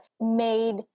made